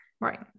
Right